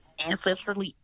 ancestrally